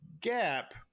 Gap